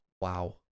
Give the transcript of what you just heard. Wow